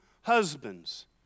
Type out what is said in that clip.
husbands